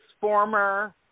former